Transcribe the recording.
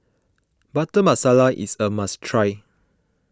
Butter Masala is a must try